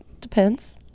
depends